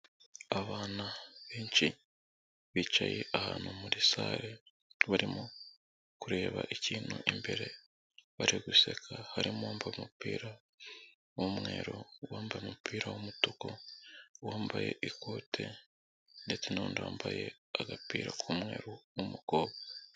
Abana benshi bicaye ahantu muri sare barimo kureba ikintu imbere, bari guseka harimo uwambaye umupira w'umweru, uwambaye umupira w'umutuku, uwambaye ikote, ndetse n'undi wambaye agapira k'umweru w'umukobwa.